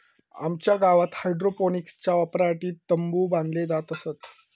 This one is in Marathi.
आमच्या गावात हायड्रोपोनिक्सच्या वापरासाठी तंबु बांधले जात असत